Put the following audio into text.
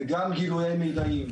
וגם גילויי מידעים,